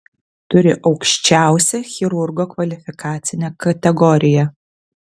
turi aukščiausią chirurgo kvalifikacinę kategoriją